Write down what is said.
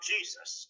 Jesus